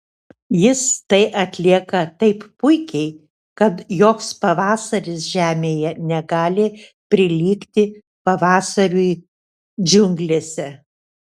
jis tai atlieka taip puikiai kad joks pavasaris žemėje negali prilygti pavasariui džiunglėse